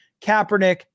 Kaepernick